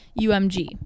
umg